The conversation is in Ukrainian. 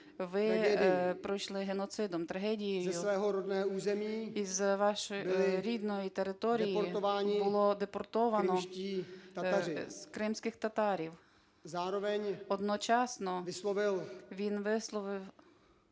ви пройшли геноцидом, трагедією, із вашої рідної території було депортовано кримських татар. Одночасно він висловив